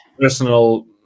personal